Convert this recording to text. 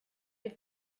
have